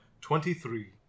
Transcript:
twenty-three